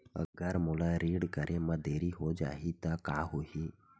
अगर मोला ऋण करे म देरी हो जाहि त का होही?